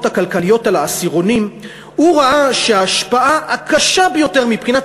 הכלכליות על העשירונים הוא ראה שההשפעה הקשה ביותר מבחינת